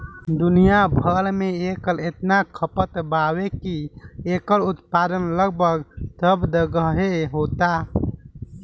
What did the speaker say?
दुनिया भर में एकर इतना खपत बावे की एकर उत्पादन लगभग सब जगहे होता